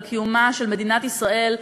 קיומה של מדינת ישראל,